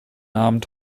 abend